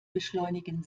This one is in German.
beschleunigen